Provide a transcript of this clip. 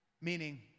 Meaning